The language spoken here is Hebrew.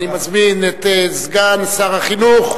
אני מזמין את סגן שר החינוך,